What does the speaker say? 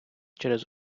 через